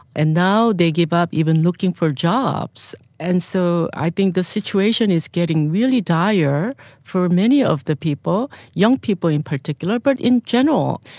and now they give up even looking for jobs. and so i think the situation is getting really dire for many of the people, young people in particular, but in general.